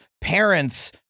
parents